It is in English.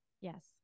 Yes